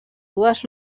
dues